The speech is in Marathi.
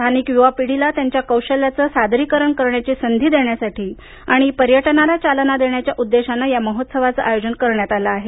स्थानिक युवा पिढीला त्यांच्या कौशल्याचे सादरीकरण करण्याची संधी देण्यासाठी आणि पर्यटनाला चालना देण्याच्या उद्देशानं या महोत्सवाचं आयोजन करण्यात आलं आहे